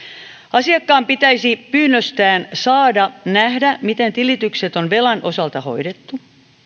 asiakkaan pitäisi pyynnöstään saada nähdä miten tilitykset on velan osalta hoidettu